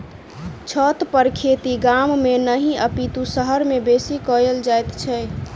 छतपर खेती गाम मे नहि अपितु शहर मे बेसी कयल जाइत छै